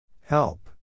Help